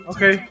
Okay